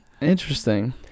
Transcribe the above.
interesting